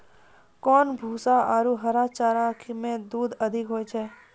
कोन भूसा आरु हरा चारा मे दूध अधिक होय छै?